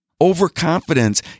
Overconfidence